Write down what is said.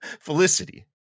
Felicity